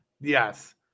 Yes